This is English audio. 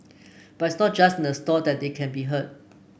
but it's not just in the store that they can be heard